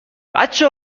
بچه